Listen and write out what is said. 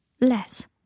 Less